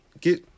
Get